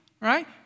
right